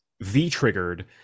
v-triggered